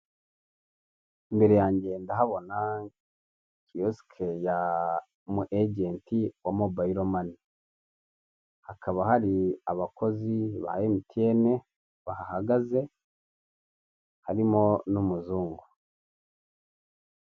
Imbere yange ndahabona kiyosike y'umu ejenti wa mobayiro mani, hakaba hari abakozi ba emutiyene bahagaze harimo n'umuzungu.